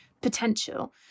potential